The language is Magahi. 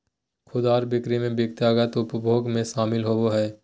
खुदरा बिक्री में व्यक्तिगत उपभोग भी शामिल होबा हइ